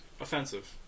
offensive